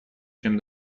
чем